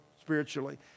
spiritually